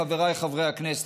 חבריי חברי הכנסת,